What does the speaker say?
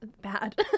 Bad